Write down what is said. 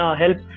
help